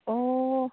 ꯑꯣ